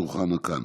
הדוכן הוא כאן.